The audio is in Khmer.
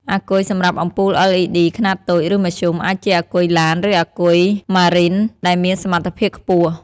អាគុយសម្រាប់អំពូល LED ខ្នាតតូច ឬមធ្យម អាចជាអាគុយឡាន ឬអាគុយ Marine ដែលមានសមត្ថភាពខ្ពស់។